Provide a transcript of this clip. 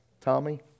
Tommy